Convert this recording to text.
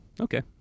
Okay